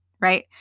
right